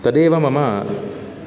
तदेव मम